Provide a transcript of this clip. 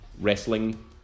wrestling